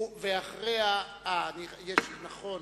ואחריה, נכון,